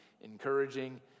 encouraging